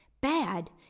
Bad